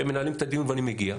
הם מנהלים את הדיון ואני מגיע,